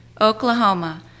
Oklahoma